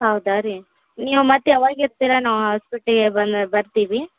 ಹೌದಾ ರೀ ನೀವು ಮತ್ತು ಯಾವಾಗ ಇರ್ತೀರ ನಾ ಹಾಸ್ಪಿಟ್ಲಿಗೆ ಬಂದು ಬರ್ತಿವಿ